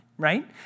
right